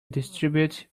distributed